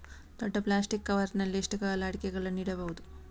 ದೊಡ್ಡ plastic cover ಗಳಲ್ಲಿ ಎಷ್ಟು ಕಾಲ ಅಡಿಕೆಗಳನ್ನು ಇಡಬಹುದು?